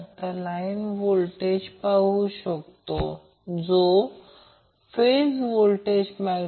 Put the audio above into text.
आता जर त्याचप्रमाणे या ठिकाणी kvl लावले तर ते Vab अशा प्रकारे फिरत असेल